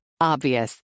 Obvious